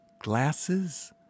glasses